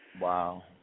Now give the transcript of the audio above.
Wow